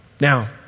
Now